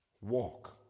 walk